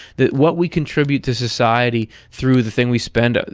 that what we contribute to society through the thing we spend, ah